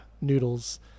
Noodles